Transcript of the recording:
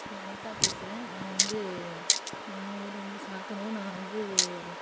நான் அனிதா பேசுகிறேன் நான் வந்து எங்கள் ஊர் வந்து சாத்தனூர் நான் வந்து